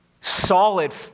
solid